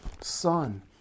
son